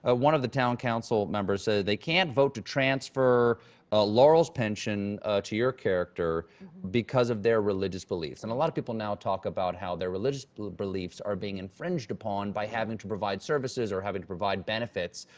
ah one of the town council members said they can't vote to transfer laurel's pension to your character because of their religious beliefs. and a lot of people now talk about how their religious beliefs are being infringed upon by having to provide services or having to provide benefits